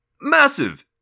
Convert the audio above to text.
massive